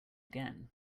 again